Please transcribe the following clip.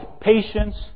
patience